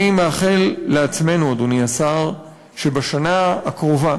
אני מאחל לעצמנו, אדוני השר, שבשנה הקרובה,